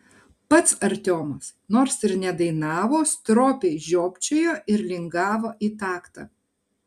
pats artiomas nors ir nedainavo stropiai žiopčiojo ir lingavo į taktą